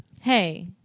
Hey